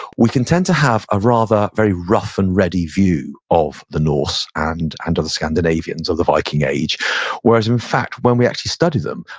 we pretend to have a rather very rough and ready view of the norse and and of the scandinavians of the viking age whereas, in fact, when we actually study them,